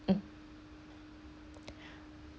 um